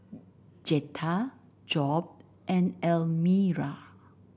Zetta Job and Elmira